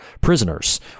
prisoners